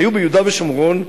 היו ביהודה ושומרון,